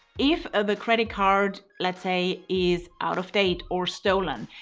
if ah the credit card let's say is out of date or stolen,